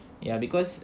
ya because